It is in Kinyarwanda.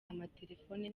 amatelefone